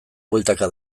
bueltaka